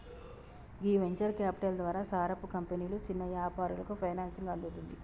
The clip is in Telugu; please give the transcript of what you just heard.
గీ వెంచర్ క్యాపిటల్ ద్వారా సారపు కంపెనీలు చిన్న యాపారాలకు ఫైనాన్సింగ్ అందుతుంది